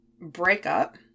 breakup